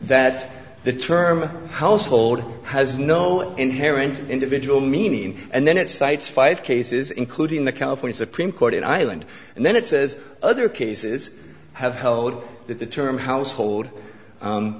that the term household has no inherent individual meaning and then it cites five cases including the california supreme court in ireland and then it says other cases have held that the term household